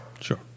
Sure